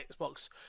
xbox